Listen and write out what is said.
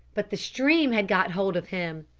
but the stream had got hold of him.